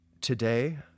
Today